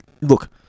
look